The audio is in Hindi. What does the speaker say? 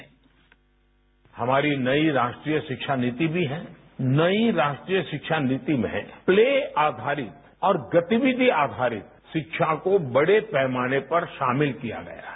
साउंड बाईट हमारी नई राष्ट्रीय शिक्षा नीति भी है नई राष्ट्रीय शिक्षा नीति में है प्ले आधारित और गतिविधि आधारित शिक्षा को बड़े पैमाने पर शामिल किया गया है